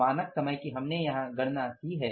मानक समय की हमने यहां गणना की है